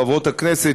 חברות הכנסת,